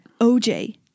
OJ